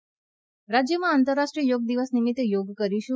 યોગ રાજ્યમાં આંતરરાષ્ટ્રીય યોગ દિવસ નિમિત્તે યોગ કરીશુ